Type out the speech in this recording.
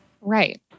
Right